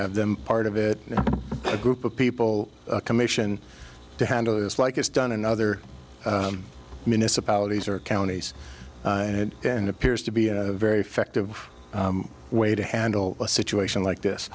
them part of it a group of people a commission to handle this like it's done in other municipalities or counties and and appears to be a very effective way to handle a situation like this